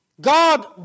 God